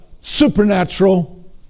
supernatural